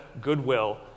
goodwill